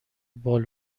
بال